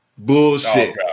Bullshit